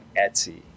Etsy